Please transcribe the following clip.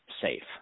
safe